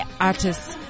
artists